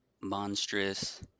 monstrous